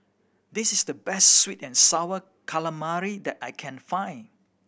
this is the best sweet and Sour Calamari that I can find